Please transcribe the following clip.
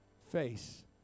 face